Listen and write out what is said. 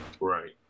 Right